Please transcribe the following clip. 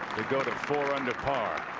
we go to four under par.